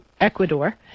Ecuador